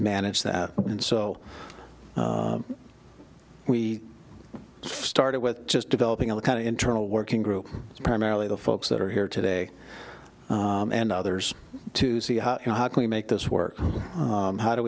manage that and so we started with just developing a kind of internal working group primarily the folks that are here today and others to see how you know how can we make this work how do